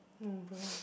no don't know